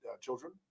Children